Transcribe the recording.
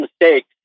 mistakes